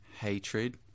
hatred